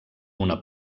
una